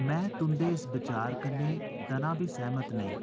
में तुं'दे इस बचार कन्नै दना बी सैह्मत नेईं